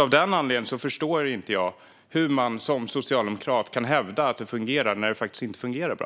Av den anledningen förstår jag inte att en socialdemokrat kan hävda att det fungerar när det faktiskt inte fungerar bra.